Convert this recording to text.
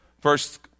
First